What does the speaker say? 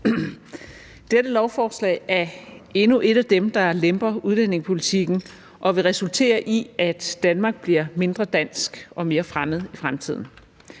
Dette lovforslag er endnu et af de lovforslag, der lemper udlændingepolitikken og vil resultere i, at Danmark bliver mindre dansk og mere fremmed i fremtiden.